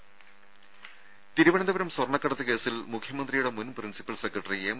രും തിരുവനന്തപുരം സ്വർണ്ണക്കടത്ത് കേസിൽ മുഖ്യമന്ത്രിയുടെ മുൻ പ്രിൻസിപ്പൽ സെക്രട്ടറി എം